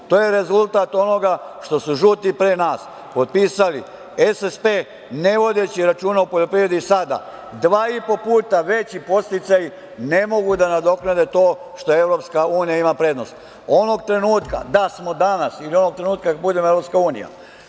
To je rezultat onoga što su žuti pre nas potpisali SSP, ne vodeći računa o poljoprivredi sada dva i po puta veći podsticaji ne mogu da nadoknade to što EU ima prednost. Onog trenutka da smo danas ili onog trenutka kada budemo EU